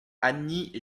annie